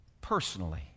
personally